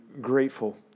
grateful